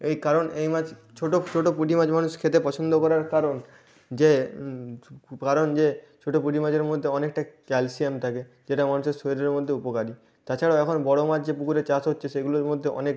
এই কারণ এই মাছ ছোটো ছোটো পুঁটি মাছ মানুষ খেতে পছন্দ করার কারণ যে কারণ যে ছোটো পুঁটি মাছের মধ্যে অনেকটা ক্যালসিয়াম থাকে যেটা মানুষের শরীরের মধ্যে উপকারী তাছাড়াও এখন বড়ো মাছ যে পুকুরে চাষ হচ্ছে সেগুলোর মধ্যে অনেক